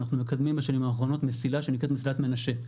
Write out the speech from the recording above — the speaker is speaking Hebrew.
אנחנו מקדמים בשנים האחרונות מסילה שנקראת מסילת מנשה.